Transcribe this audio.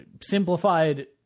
simplified